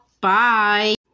bye